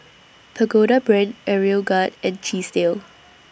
Pagoda Brand Aeroguard and Chesdale